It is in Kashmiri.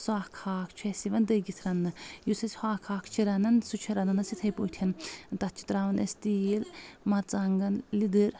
سُہ اکھ ہاکھ چھُ اسہِ یِوان دٔگِتھ رَننہٕ یُس أسۍ ہہُ اکھ ہاکھ چھِ رنان سُہ چھُ رنان أسۍ یِتھٕے پٲٹھۍ تتھ چھِ تراوان أسۍ تیٖل مَرژانٛگَن لیدٕر